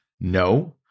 no